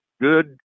good